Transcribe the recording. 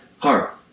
heart